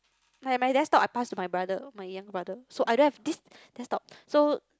my my desktop I pass to my brother my younger brother so I don't this desktop so